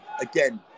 again